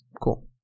Cool